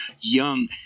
young